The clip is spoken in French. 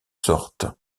sortes